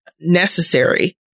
necessary